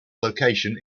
location